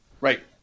Right